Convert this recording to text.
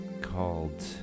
called